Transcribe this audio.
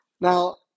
Now